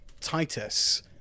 Titus